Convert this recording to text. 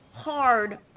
Hard